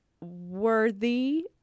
worthy